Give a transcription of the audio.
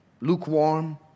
lukewarm